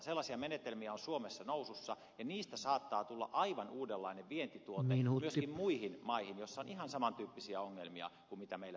sellaisia menetelmiä on suomessa nousussa ja niistä saattaa tulla aivan uudenlainen vientituote myöskin muihin maihin joissa on ihan saman tyyppisiä ongelmia kuin meillä täällä